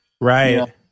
Right